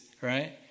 right